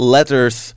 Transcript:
Letters